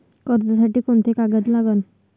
कर्जसाठी कोंते कागद लागन?